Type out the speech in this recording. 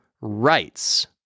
rights